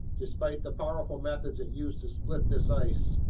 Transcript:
despite the powerful methods it used to split this ice,